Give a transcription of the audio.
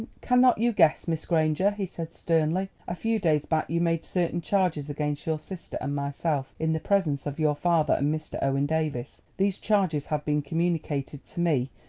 cannot you guess, miss granger? he said sternly. a few days back you made certain charges against your sister and myself in the presence of your father and mr. owen davies. these charges have been communicated to me,